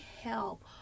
help